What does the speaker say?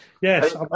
Yes